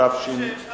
התש"ע